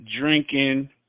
drinking